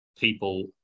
people